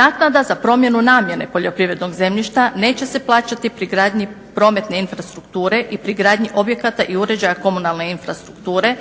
Naknada za promjenu namjene poljoprivrednog zemljišta neće se plaćati pri gradnji prometne infrastrukture i pri gradnji objekata i uređaja komunalne infrastrukture